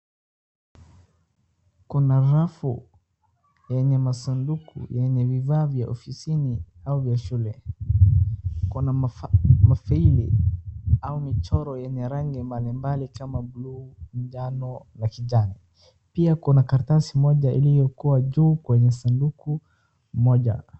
Kuna rafu yenye masanduku yenye vifaa vya ofisini au vya shule. Kuna mafile au michoro yenye rangi mbalimbali kama buluu, manjano na kijani. Pia kuna karatasi moja iliyokuwa juu kwenye sanduku moja.